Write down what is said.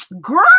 girl